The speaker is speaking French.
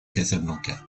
casablanca